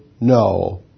no